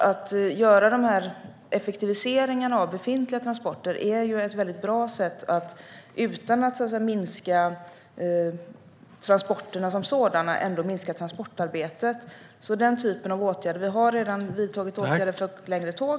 Att göra de här effektiviseringarna av befintliga transporter är ett väldigt bra sätt att minska transportarbetet utan att minska transporterna som sådana. Vi har redan vidtagit åtgärder för längre tåg.